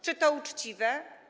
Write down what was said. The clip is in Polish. Czy to uczciwe?